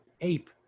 ape